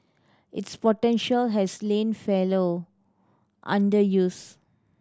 its potential has lain fallow underuse